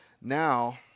Now